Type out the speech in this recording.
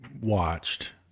watched